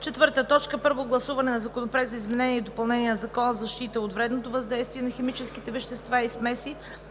4. Първо гласуване на Законопроекта за изменение и допълнение на Закона за защита от вредното въздействие на химическите вещества и смеси.